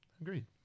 Agreed